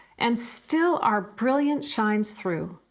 and still, our brilliance shines through.